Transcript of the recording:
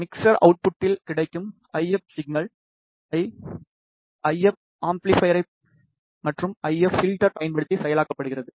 mixer அவுட்புட்டில் கிடைக்கும் I F signal I F amplifier மற்றும் ஐ எப் பில்டர் பயன்படுத்தி செயலாக்கப்படுகிறது